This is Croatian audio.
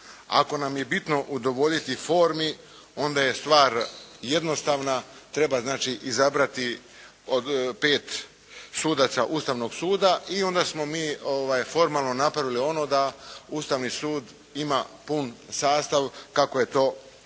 Ako nam je bitno udovoljiti formi onda je stvar jednostavna, treba znači izabrati od pet sudaca Ustavnog suda i onda smo mi formalno napravili ono da Ustavni sud ima pun sastav kako je to